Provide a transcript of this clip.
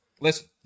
Listen